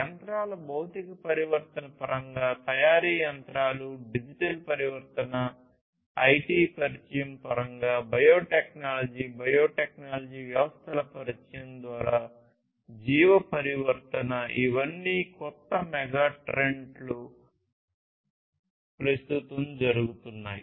యంత్రాల భౌతిక పరివర్తన పరంగా తయారీ యంత్రాలు డిజిటల్ పరివర్తన ఐటి పరిచయం పరంగా బయోటెక్నాలజీ బయోటెక్నాలజీ వ్యవస్థల పరిచయం ద్వారా జీవ పరివర్తన ఇవన్నీ కొత్త మెగాట్రెంట్లు ప్రస్తుతం జరుగుతున్నాయి